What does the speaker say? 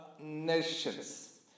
nations